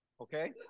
Okay